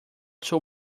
too